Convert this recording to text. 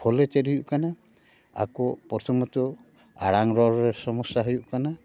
ᱯᱷᱚᱞᱮ ᱪᱮᱫ ᱦᱩᱭᱩᱜ ᱠᱟᱱᱟ ᱟᱠᱚ ᱯᱨᱚᱛᱷᱚᱢᱚᱛᱚ ᱟᱲᱟᱝ ᱨᱚᱲ ᱨᱮ ᱥᱳᱢᱳᱥᱥᱟ ᱦᱩᱭᱩᱜ ᱠᱟᱱᱟ